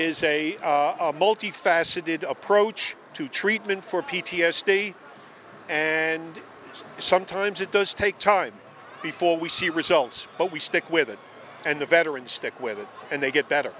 is a multifaceted approach to treatment for p t s d and sometimes it does take time before we see results but we stick with it and the veterans stick with it and they get better